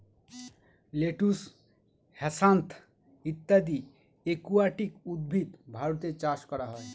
lettuce, hyacinth ইত্যাদি aquatic উদ্ভিদ ভারতে চাষ করা হয়